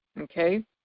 Okay